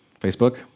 Facebook